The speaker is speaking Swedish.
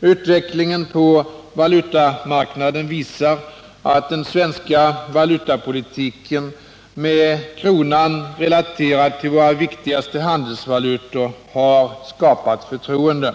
Utvecklingen på valutamarknaden visar att den svenska valutapolitiken med kronan relaterad till våra viktigaste handelsvalutor har skapat förtroende.